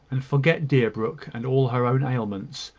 and forget deerbrook and all her own ailments,